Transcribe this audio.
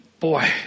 boy